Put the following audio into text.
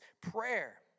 Prayer